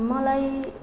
मलाई